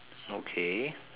okay